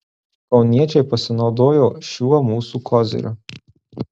kauniečiai pasinaudojo šiuo mūsų koziriu